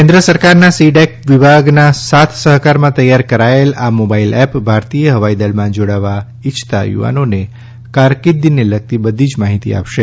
કેન્દ્ર સરકારના C DAC વિભાગના સાથ સહકારમાં તૈયાર કરાયેલ આ મોબાઇલ એપ ભારતીય હવાઈદળમાં જોડાવા ઇચ્છતા યુવાનોને કારકીર્દીને લગતી બધી જ માહિતી આપશે